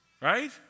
Right